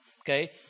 okay